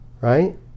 Right